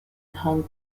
hong